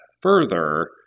further